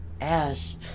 Ash